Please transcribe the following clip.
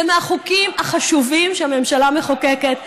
זה מהחוקים החשובים שהממשלה מחוקקת,